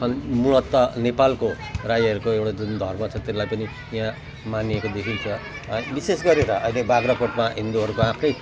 छन् महत्त्व नेपालको राईहरूको एउटा जुन धर्म छ त्यसलाई पनि यहाँ मानिएको देखिन्छ विशेष गरेर अहिले बाग्राकोटमा हिन्दूहरू आफै